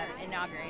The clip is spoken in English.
inauguration